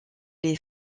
les